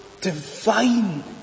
divine